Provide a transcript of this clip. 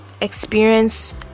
experience